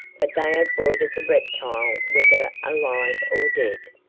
but they avoided the reptile whether alive or dead.